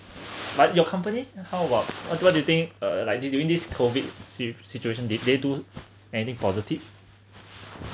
but your company then how about what what do you think like they during this COVID si~ situation did they do anything positive